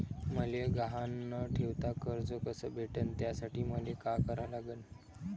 मले गहान न ठेवता कर्ज कस भेटन त्यासाठी मले का करा लागन?